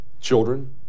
children